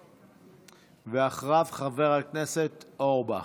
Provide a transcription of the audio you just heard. ואחריו, חבר הכנסת אורבך.